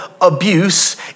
abuse